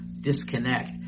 disconnect